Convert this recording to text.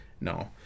No